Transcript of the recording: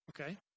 okay